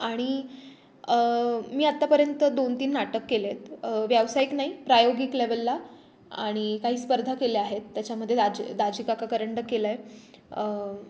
आणि मी आत्तापर्यंत दोन तीन नाटक केलेत व्यावसायिक नाही प्रायोगिक लेवलला आणि काही स्पर्धा केल्या आहेत त्याच्यामध्ये दाजी दाजीकाका करंडक केला आहे